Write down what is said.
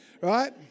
right